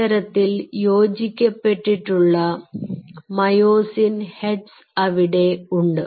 ഇത്തരത്തിൽ യോജിക്കപ്പെട്ടിട്ടുള്ള myosin heads അവിടെ ഉണ്ട്